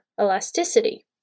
elasticity